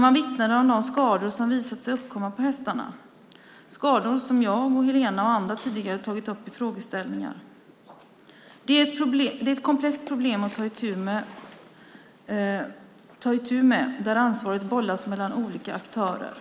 Man vittnade om de skador som visat sig uppkomma på hästarna, skador som jag, Helena och andra tidigare har tagit upp i frågeställningar. Det är ett komplext problem att ta itu med, där ansvaret bollas mellan olika aktörer.